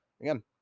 again